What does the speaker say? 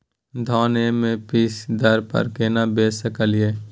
धान M S P दर पर केना बेच सकलियै?